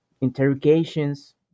interrogations